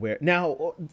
Now